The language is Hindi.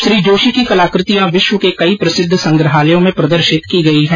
श्री जोशी की कलाकृतियां विश्व के कई प्रसिद्ध संग्रहालयों में प्रदर्शित की गई है